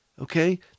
Okay